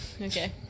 okay